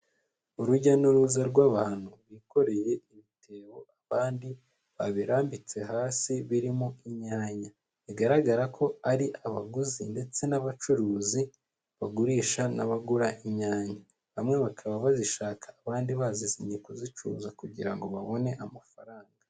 Urujya n'uruza rw'abantu bikoreye ibitebo abandi babirambitse hasi, birimo inyanya bigaragara ko ari abaguzi ndetse n'abacuruzi bagurisha n'abagura inyanya, bamwe bakaba bazishaka abandi bazije kuzicuruza kugira ngo babone amafaranga.